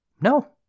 no